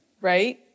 right